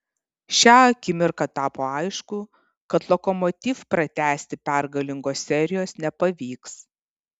šią akimirką tapo aišku kad lokomotiv pratęsti pergalingos serijos nepavyks